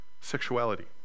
sexuality